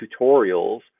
tutorials